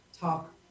Talk